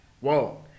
Whoa